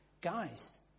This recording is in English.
guys